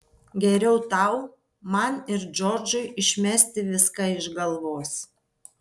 geriau tau man ir džordžui išmesti viską iš galvos